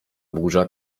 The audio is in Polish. burza